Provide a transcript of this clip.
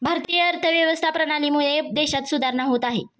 भारतीय अर्थव्यवस्था प्रणालीमुळे देशात सुधारणा होत आहे